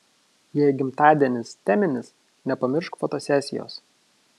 jei gimtadienis teminis nepamiršk fotosesijos